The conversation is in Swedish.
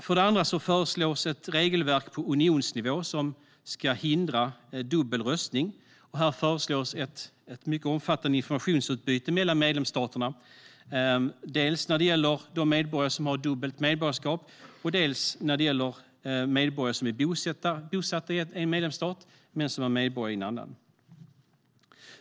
För det andra föreslår man ett regelverk på unionsnivå som ska hindra dubbel röstning. Här föreslås ett mycket omfattande informationsutbyte mellan medlemsstaterna, dels när det gäller de medborgare som har dubbelt medborgarskap, dels när det gäller medborgare som är bosatta i en medlemsstat men som är medborgare i en annan.